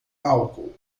álcool